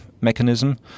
mechanism